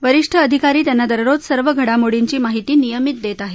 वरिष्ठ अधिकारी त्यांना दररोज सर्व घडामोडींची माहिती नियमित देत आहेत